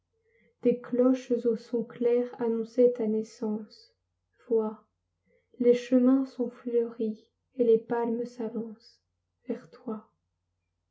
des cloches aux sons clairs annonçaient ta naissance vois les chemins sont fleuris et les palmes s'avancent vers toi